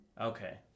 Okay